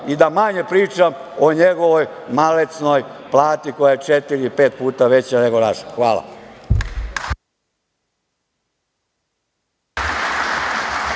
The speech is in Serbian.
i da manje pričam o njegovoj malecnoj plati koja je četiri, pet puta veća nego naša. Hvala.